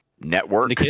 network